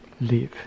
live